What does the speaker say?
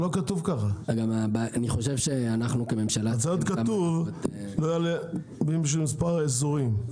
צריך להיות כתוב לא יעלה במספר האזורים,